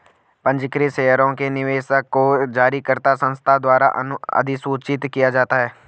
पंजीकृत शेयरों के निवेशक को जारीकर्ता संस्था द्वारा अधिसूचित किया जाता है